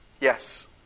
Yes